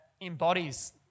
embodies